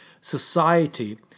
society